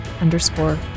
underscore